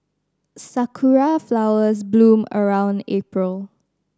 sakura flowers bloom around April